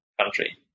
country